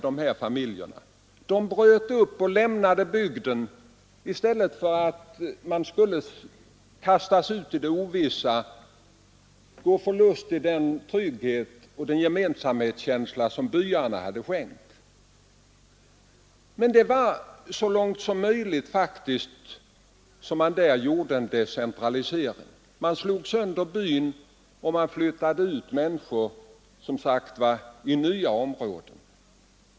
De bröt upp och lämnade bygden i stället för att kastas ut i det ovissa — man ville inte gå förlustig den trygghet och den gemensamhetskänsla som byarna hade skänkt. Men detta var faktiskt en ”så långt möjligt” genomförd decentralisering. Man slog sönder byn och flyttade ut människor till nya områden.